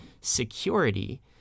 security